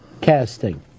casting